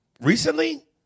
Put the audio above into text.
Recently